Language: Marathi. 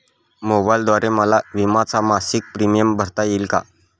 मोबाईलद्वारे मला विम्याचा मासिक प्रीमियम भरता येईल का?